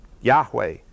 Yahweh